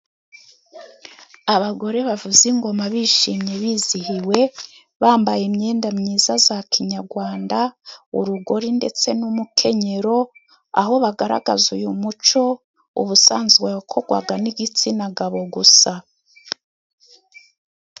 Abagore bavuza ingoma bishimye bizihiwe, bambaye imyenda myiza ya kinyarwanda, urugori ndetse n'umukenyero, aho bagaragaza uyu muco, ubusanzwe wakorwaga n'igitsina gabo gusa.